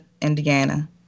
Indiana